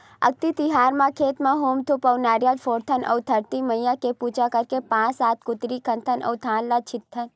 अक्ती तिहार म खेत म हूम धूप अउ नरियर फोड़थन अउ धरती मईया के पूजा करके पाँच सात कुदरी खनथे अउ धान ल छितथन